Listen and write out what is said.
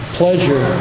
pleasure